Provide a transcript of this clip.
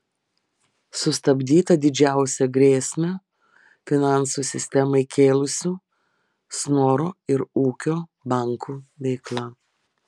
sustabdyta didžiausią grėsmę finansų sistemai kėlusių snoro ir ūkio bankų veikla